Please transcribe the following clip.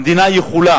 המדינה יכולה